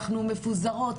אנחנו מפוזרות,